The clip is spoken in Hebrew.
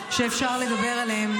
לאפרת אנחנו לא מפריעים.